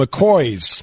McCoys